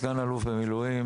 סגן אלוף במילואים,